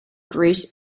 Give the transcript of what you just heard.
grit